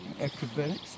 acrobatics